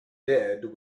dead